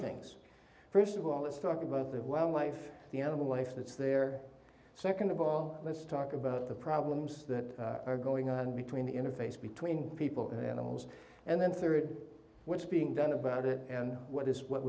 things first of all let's talk about that well life the animal life that's there second of all let's talk about the problems that are going on between the interface between people and animals and then third what's being done about it and what is what